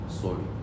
sorry